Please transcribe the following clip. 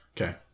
Okay